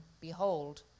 behold